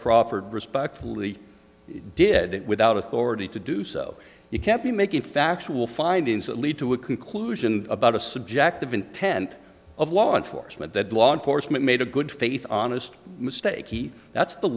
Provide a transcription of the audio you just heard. crawford respectfully did it without authority to do so you can't be making factual findings that lead to a conclusion about a subjective intent of law enforcement that law enforcement made a good faith honest mistake that's the